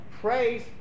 praise